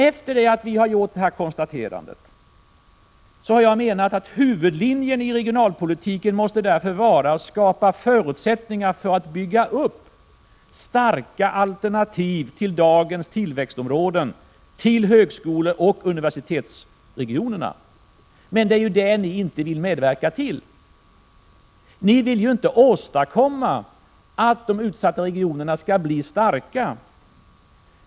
Efter det att vi har gjort det konstaterandet har jag menat att huvudlinjen i regionalpolitiken måste vara att skapa förutsättningar för att bygga upp starka alternativ till dagens tillväxtområden, till högskoleoch universitetsregionerna. Men det är ju detta ni inte vill medverka till. Ni vill inte åstadkomma att de utsatta regionerna skall bli starka.